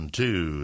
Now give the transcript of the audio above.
two